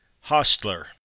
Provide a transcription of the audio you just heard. Hostler